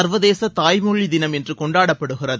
ச்வதேச தாய்மொழி தினம் இன்று கொண்டாடப்படுகிறது